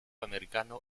americano